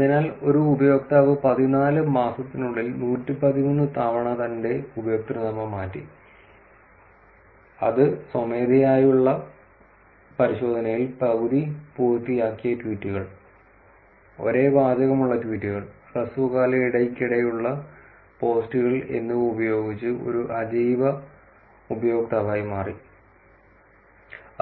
അതിനാൽ ഒരു ഉപയോക്താവ് പതിനാല് മാസത്തിനുള്ളിൽ 113 തവണ തന്റെ ഉപയോക്തൃനാമം മാറ്റി അത് സ്വമേധയായുള്ള പരിശോധനയിൽ പകുതി പൂർത്തിയാക്കിയ ട്വീറ്റുകൾ ഒരേ വാചകമുള്ള ട്വീറ്റുകൾ ഹ്രസ്വകാല ഇടയ്ക്കിടെയുള്ള പോസ്റ്റുകൾ എന്നിവ ഉപയോഗിച്ച് ഒരു അജൈവ ഉപയോക്താവായി മാറി